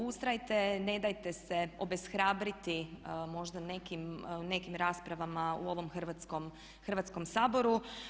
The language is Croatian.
Ustrajte, ne dajte se obeshrabriti možda nekim raspravama u ovom Hrvatskom saboru.